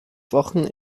wochen